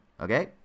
Okay